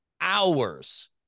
hours